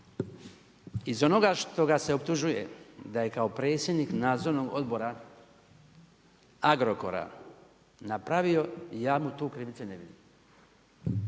Iz onoga što ga se optužuje da je kao predsjednik nadzornog odbora Agrokora napravio, ja mu tu krivice ne vidim.